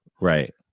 right